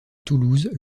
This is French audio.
toulouse